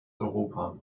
europa